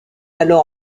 alors